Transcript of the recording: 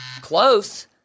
Close